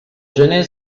gener